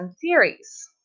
theories